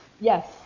Yes